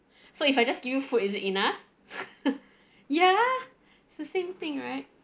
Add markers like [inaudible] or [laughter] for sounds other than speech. so if I just give you food is it enough [laughs] ya it's the same thing right